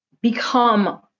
become